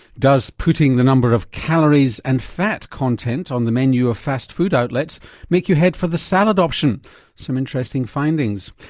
does putting the number of calories and fat content on the menu of fast food outlets make you head for the salad option some interesting findings.